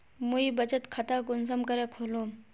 मुई बचत खता कुंसम करे खोलुम?